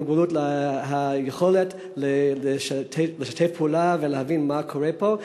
מוגבלות את היכולת לשתף פעולה ולהבין מה קורה פה.